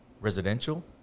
residential